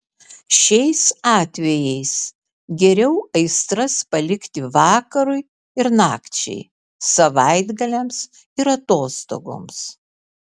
šiais atvejais geriau aistras palikti vakarui ir nakčiai savaitgaliams ir atostogoms